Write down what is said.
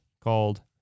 called